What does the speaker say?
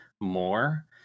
more